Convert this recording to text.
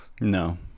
No